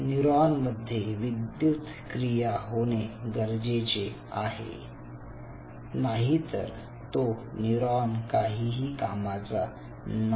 neuron मध्ये विद्युत क्रिया होणे गरजेचे आहे नाहीतर तो न्यूरॉन काही कामाचा नाही